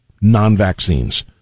non-vaccines